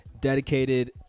dedicated